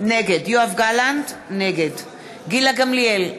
נגד גילה גמליאל,